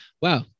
wow